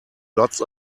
lots